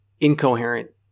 incoherent